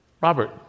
Robert